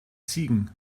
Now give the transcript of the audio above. ziegen